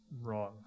wrong